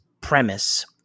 premise